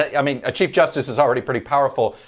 i mean a chief justice is already pretty powerful,